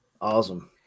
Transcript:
Awesome